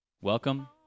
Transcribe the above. Welcome